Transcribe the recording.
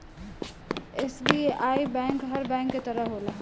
SBI bank हर bank के तरह होला